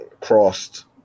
crossed